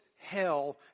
hell